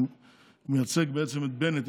הוא מייצג בעצם את בנט,